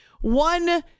one